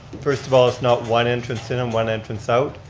first of all, it's not one entrance in and one entrance out,